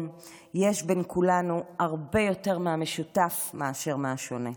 יש בין כולנו הרבה יותר מהמשותף מאשר השונה.